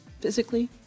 physically